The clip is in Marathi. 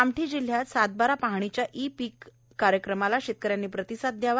कामठी जिल्ह्यात सातबारा पाहणीच्या ई पीक या कार्यक्रमाला शेतकऱ्यांनी प्रतिसाद दयावा